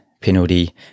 penalty